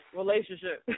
relationship